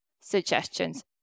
suggestions